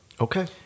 Okay